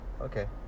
okay